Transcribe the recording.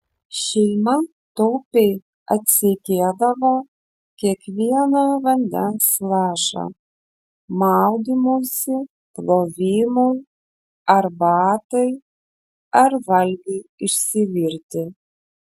šeima taupiai atseikėdavo kiekvieną vandens lašą maudymuisi plovimui arbatai ar valgiui išsivirti